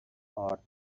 آرد